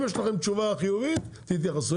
אם יש לכם תשובה חיובית, תתייחסו.